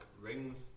rings